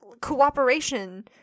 cooperation